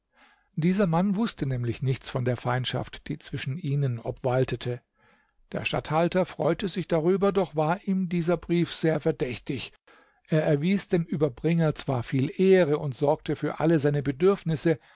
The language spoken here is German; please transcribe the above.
dieser mann wußte nämlich nichts von der feindschaft die zwischen ihnen obwaltete der statthalter freute sich darüber doch war ihm dieser brief sehr verdächtig er erwies dem überbringer zwar viel ehre und sorgte für alle seine bedürfnisse